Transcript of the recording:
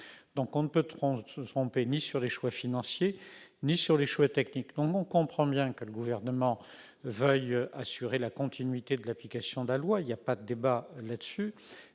On ne peut donc se tromper ni sur les choix financiers ni sur les choix techniques. Nous comprenons bien que le Gouvernement veuille assurer la continuité de l'application de la loi- il n'y a pas de débat sur